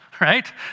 right